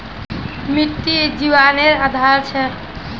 मिटटी जिवानेर आधार छे